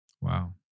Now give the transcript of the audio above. Wow